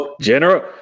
General